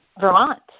Vermont